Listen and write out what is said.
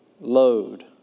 load